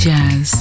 Jazz